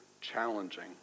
challenging